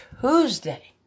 Tuesday